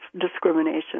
discrimination